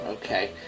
Okay